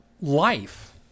life